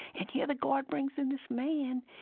and here the guard brings in this man,